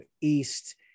East